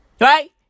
Right